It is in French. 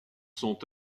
sont